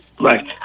Right